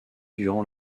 durant